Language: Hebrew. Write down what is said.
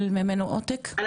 פורסם באתר הרשות,